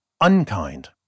unkind